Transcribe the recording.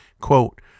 Quote